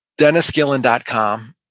DennisGillen.com